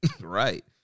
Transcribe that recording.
Right